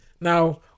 Now